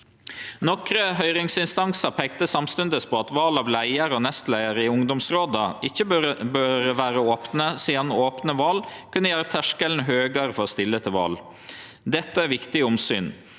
Nokre høyringsinstansar peika samstundes på at val av leiar og nestleiar i ungdomsråda ikkje bør vere opne, sidan opne val kunne gjere terskelen høgare for å stille til val. Dette er viktige omsyn.